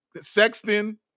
Sexton